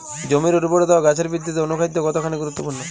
জমির উর্বরতা ও গাছের বৃদ্ধিতে অনুখাদ্য কতখানি গুরুত্বপূর্ণ?